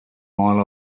all